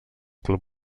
club